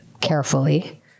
carefully